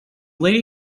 lady